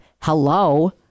Hello